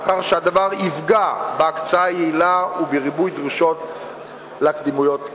מאחר שהדבר יפגע ביעילות ההקצאה ויביא לריבוי דרישות לקדימויות שכאלה.